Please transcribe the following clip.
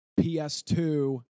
PS2